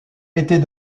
était